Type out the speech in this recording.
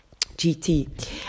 GT